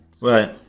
right